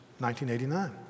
1989